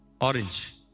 Orange